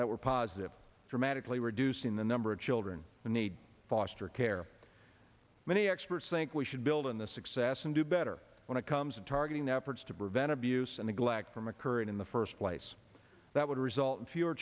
that were positive dramatically reducing the number of children in need foster care many experts think we should build on the success and do better when it comes to targeting efforts to prevent abuse and neglect from occurring in the first place that would result in fewer